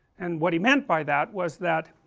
and what he meant by that was that